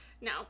No